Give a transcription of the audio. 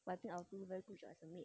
but I think our crew very good as a maid